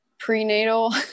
prenatal